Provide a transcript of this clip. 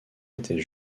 était